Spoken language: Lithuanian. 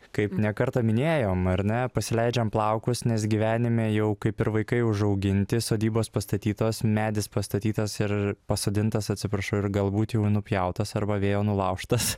kaip ne kartą minėjom ar ne pasileidžiam plaukus nes gyvenime jau kaip ir vaikai užauginti sodybos pastatytos medis pastatytas ir pasodintas atsiprašau ir galbūt jau nupjautas arba vėjo nulaužtas